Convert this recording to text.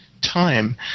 time